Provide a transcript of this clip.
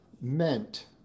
meant